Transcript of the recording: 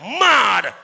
mad